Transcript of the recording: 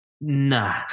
Nah